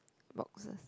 boxes